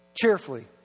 Cheerfully